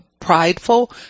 prideful